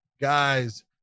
guys